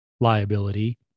liability